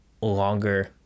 longer